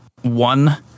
one